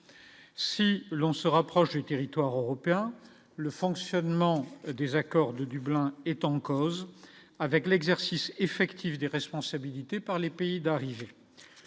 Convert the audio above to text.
si l'on se rapproche du territoire européen, le fonctionnement des accords de Dublin est en cause avec l'exercice effectif des responsabilités par les pays d'arriver,